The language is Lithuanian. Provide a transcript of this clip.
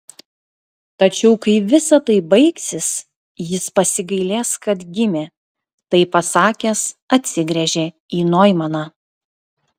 tačiau kai visa tai baigsis jis pasigailės kad gimė tai pasakęs atsigręžė į noimaną